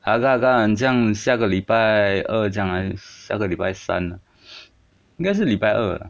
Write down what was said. agar agar 很像下个礼拜二这样还是下个礼拜三应该是礼拜二啦